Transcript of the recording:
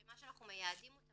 שמה שאנחנו מייעדים אותם,